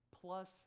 plus